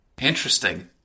Interesting